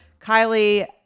Kylie